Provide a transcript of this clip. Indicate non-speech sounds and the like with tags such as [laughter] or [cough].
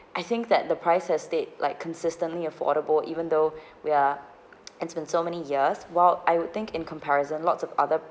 I think that the price has stayed like consistently affordable even though [breath] we are [noise] it's been so many years while I would think in comparison lots of other